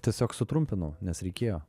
tiesiog sutrumpinau nes reikėjo